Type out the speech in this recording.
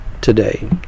today